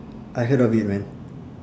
I heard of it man